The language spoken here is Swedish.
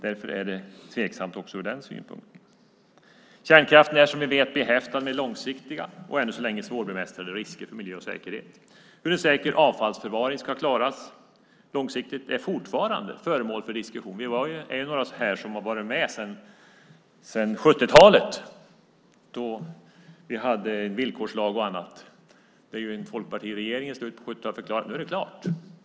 Därför är det tveksamt också från den synpunkten. Kärnkraften är som vi vet behäftad med långsiktiga och ännu så länge svårbemästrade risker för miljö och säkerhet. Hur en säker avfallsförvaring ska klaras långsiktigt är fortfarande föremål för diskussion. Vi är några här som varit med sedan 70-talet då vi hade villkorslag och annat; en folkpartiregering förklarade i slutet av 70-talet att nu var det klart.